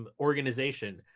um organization.